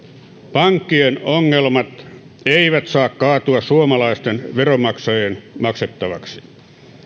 pankkien ongelmat eivät saa kaatua suomalaisten veronmaksajien maksettavaksi